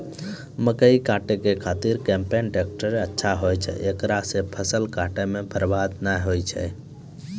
मकई काटै के खातिर कम्पेन टेकटर अच्छा होय छै ऐकरा से फसल काटै मे बरवाद नैय होय छै?